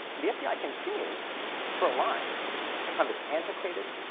the fbi continues to rely upon this antiquated,